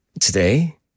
Today